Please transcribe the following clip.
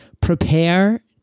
Prepare